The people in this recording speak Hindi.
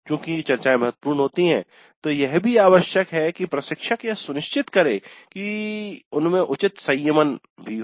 चूँकि चर्चाएँ महत्वपूर्ण होती हैं तो यह भी आवश्यक है की प्रशिक्षक यह सुनिश्चित करे कि उनमे उचित संयमन भी हो